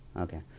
Okay